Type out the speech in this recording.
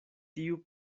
tiu